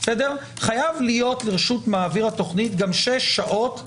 חייב להיות לרשות מעביר התוכנית גם 6 שעות לפרטני.